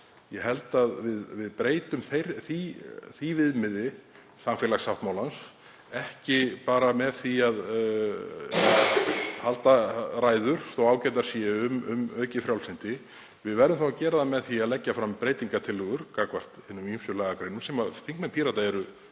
Ég held að við breytum því viðmiði samfélagssáttmálans ekki bara með því að halda ræður, þótt ágætar séu, um aukið frjálslyndi. Við verðum þá að gera það með því að leggja fram breytingartillögur gagnvart hinum ýmsu lagagreinum sem þingmenn Pírata eru